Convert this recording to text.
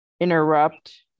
interrupt